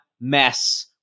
mess